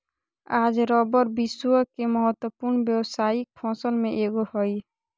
आज रबर विश्व के महत्वपूर्ण व्यावसायिक फसल में एगो हइ